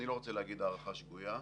אני לא רוצה להגיד הערכה שגויה,